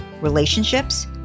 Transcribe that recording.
relationships